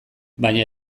baina